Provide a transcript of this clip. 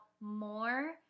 more